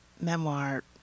memoir